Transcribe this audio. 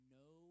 no